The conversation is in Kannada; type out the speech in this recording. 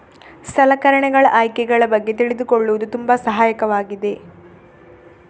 ಸಲಕರಣೆಗಳ ಆಯ್ಕೆಗಳ ಬಗ್ಗೆ ತಿಳಿದುಕೊಳ್ಳುವುದು ತುಂಬಾ ಸಹಾಯಕವಾಗಿದೆ